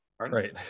Right